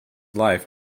life